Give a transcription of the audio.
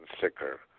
sicker